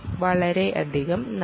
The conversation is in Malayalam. വളരെയധികം നന്ദി